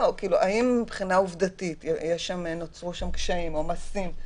האם מבחינה עובדתית נוצרו שם קשיים או עומסים?